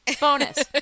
Bonus